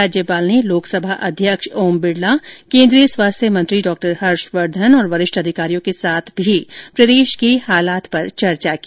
राज्यपाल ने लोकसभा अध्यक्ष ओम बिड़ला केन्द्रीय स्वास्थ्य मंत्री डॉ हर्षवर्धन और वरिष्ठ अधिकारियों के साथ भी प्रदेश के हालात पर चर्चा की